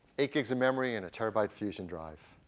eight gigs of memory and a terabyte fusion drive.